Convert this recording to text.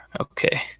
Okay